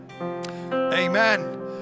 Amen